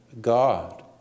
God